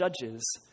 Judges